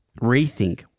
rethink